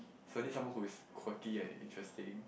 finding some who is quirky and interesting